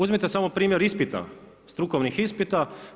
Uzmite samo primjer ispita, strukovnih ispita.